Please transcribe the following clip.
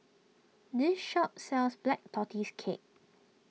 this shop sells Black Tortoise Cake